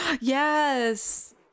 yes